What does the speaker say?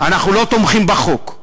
אנחנו לא תומכים בחוק,